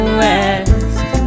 west